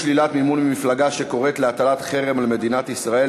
שלילת מימון ממפלגה שקוראת להטלת חרם על מדינת ישראל),